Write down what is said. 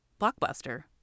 blockbuster